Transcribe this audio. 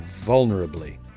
vulnerably